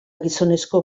gizonezko